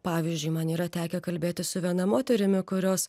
pavyzdžiui man yra tekę kalbėtis su viena moterimi kurios